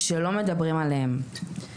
שלא מדברים עליהם.